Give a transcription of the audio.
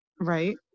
Right